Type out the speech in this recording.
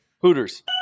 Hooters